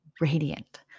radiant